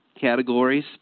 categories